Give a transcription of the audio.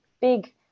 big